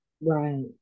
right